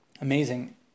amazing